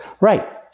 Right